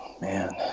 Man